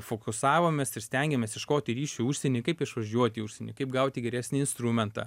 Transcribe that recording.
fokusavomės ir stengiamės ieškoti ryšių užsieny kaip išvažiuot į užsienį kaip gauti geresnį instrumentą